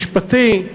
משפטי,